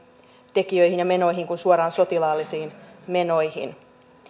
tekijöihin ja menoihin kuin suoraan sotilaallisiin menoihin